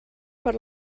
per